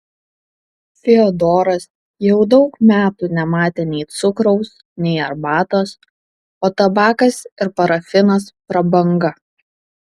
fiodoras jau daug metų nematė nei cukraus nei arbatos o tabakas ir parafinas prabanga